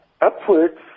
Upwards